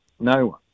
No-one